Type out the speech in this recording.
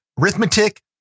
arithmetic